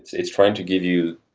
it's it's trying to give you,